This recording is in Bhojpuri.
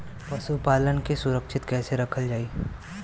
पशुपालन के सुरक्षित कैसे रखल जाई?